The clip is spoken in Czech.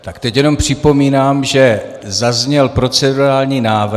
Tak teď jenom připomínám, že zazněl procedurální návrh.